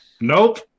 Nope